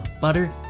butter